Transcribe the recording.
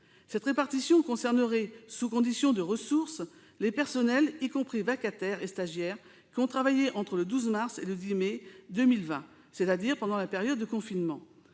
Cette répartition concernerait, sous conditions de ressources, les personnels, y compris vacataires et stagiaires, qui ont travaillé entre le 12 mars et le 10 mai 2020, c'est-à-dire pendant la période de confinement.